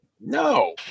no